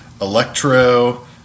electro